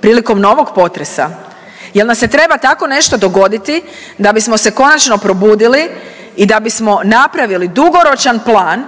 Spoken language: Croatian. prilikom novog potresa. Jel nam se treba tako nešto dogoditi da bismo se konačno probudili i da bismo napravili dugoročan plan